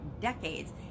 decades